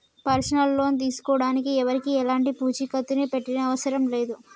personal loan తీసుకోడానికి ఎవరికీ ఎలాంటి పూచీకత్తుని పెట్టనవసరం లేదు